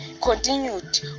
continued